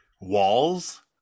walls